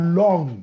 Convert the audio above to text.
long